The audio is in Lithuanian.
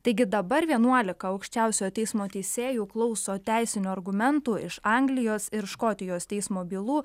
taigi dabar vienuolika aukščiausiojo teismo teisėjų klauso teisinių argumentų iš anglijos ir škotijos teismo bylų